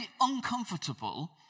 uncomfortable